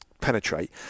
penetrate